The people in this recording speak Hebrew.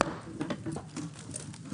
הישיבה ננעלה בשעה 11:50.